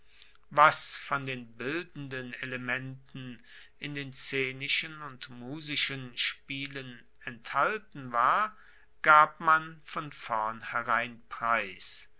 was von bildenden elementen in den szenischen und musischen spielen enthalten war gab man von vornherein preis